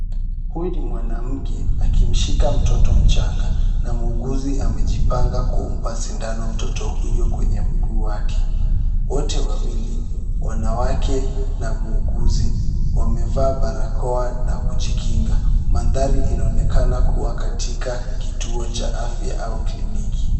Huyu ni mwanamke akimshika mtoto mchanga na muuguzi amejipanga kumpa sindano mtoto huyo kwenye mguu wake. Wote wawili, wanawake na muuguzi , wamevaa barakoa na kujikinga. Mandhari inaonekana kuwa katika kituo cha afya au clinic .